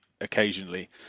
occasionally